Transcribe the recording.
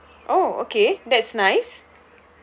oh okay that's nice